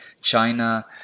China